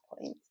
point